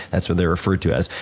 that's what they're referred to as,